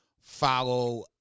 follow